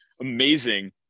amazing